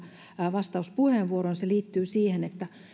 vastauspuheenvuoron liittyy siihen että